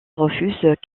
refuse